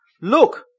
Look